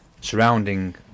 surrounding